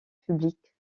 publique